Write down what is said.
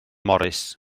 morys